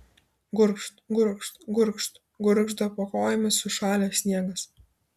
gurgžt gurgžt gurgžt gurgžda po kojomis sušalęs sniegas